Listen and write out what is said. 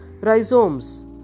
rhizomes